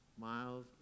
miles